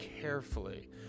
carefully